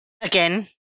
Again